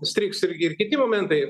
strigs ir ir kiti momentai